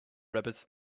rabbits